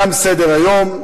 תם סדר-היום.